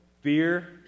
fear